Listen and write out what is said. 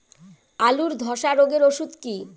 আলুর ধসা রোগের ওষুধ কি?